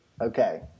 okay